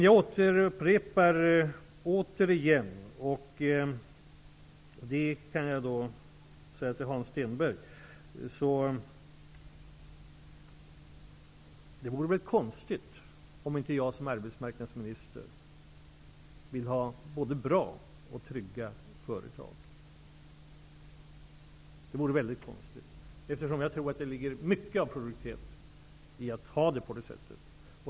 Jag upprepar än en gång, Hans Stenberg, att det vore konstigt om inte jag som arbetsmarknadsminister ville ha både bra och trygga företag. Det vore mycket konstigt, eftersom jag tror att det ligger mycket av produktivitet i att ha det på det sättet.